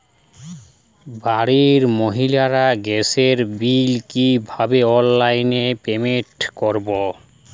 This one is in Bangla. বাড়ির মহিলারা গ্যাসের বিল কি ভাবে অনলাইন পেমেন্ট করবে?